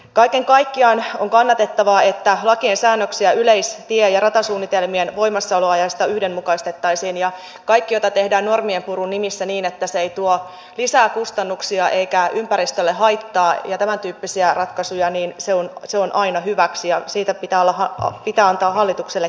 kaiken kaikkiaan on kannatettavaa että lakeja ja säännöksiä yleis tie ja ratasuunnitelmien voimassaoloajasta yhdenmukaistettaisiin ja kaikki tämäntyyppiset ratkaisut joita tehdään normien purun nimissä niin että se ei tuo lisää kustannuksia eikä ympäristölle haittaa ja tämäntyyppisiä ratkaisuja niin se on se ovat aina hyväksi ja siitä pitää antaa hallitukselle kiitosta